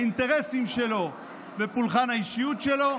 האינטרסים שלו ופולחן האישיות שלו,